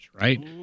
right